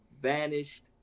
vanished